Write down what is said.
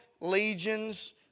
legions